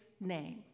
name